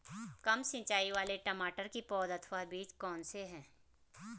कम सिंचाई वाले टमाटर की पौध अथवा बीज कौन से हैं?